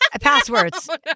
Passwords